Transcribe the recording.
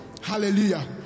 Hallelujah